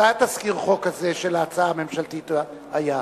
מתי תזכיר החוק של ההצעה הממשלתית היה?